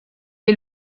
est